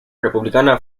republicana